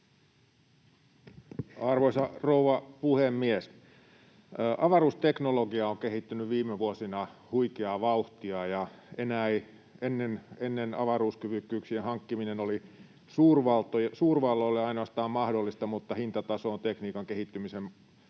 Arvoisa rouva puhemies! Avaruusteknologia on kehittynyt viime vuosina huikeaa vauhtia. Ennen avaruuskyvykkyyksien hankkiminen oli mahdollista ainoastaan suurvalloille, mutta hintataso on tekniikan kehittymisen myötä